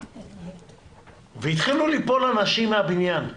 והתחילו ליפול אנשים מהבניין.